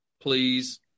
please